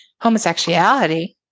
homosexuality